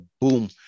boom